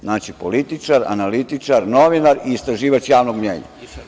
Znači, političar, analitičar, novinar i istraživač javnog mnjenja.